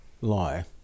lie